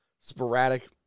sporadic